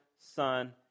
Son